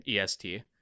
EST